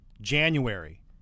January